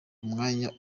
umwanya